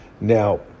Now